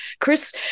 Chris